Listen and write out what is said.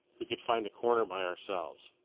we could find a corner by ourselves.